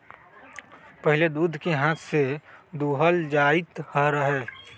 पहिले दूध के हाथ से दूहल जाइत रहै